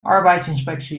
arbeidsinspectie